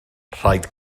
rhaid